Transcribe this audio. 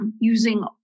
using